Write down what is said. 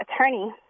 attorney